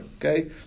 Okay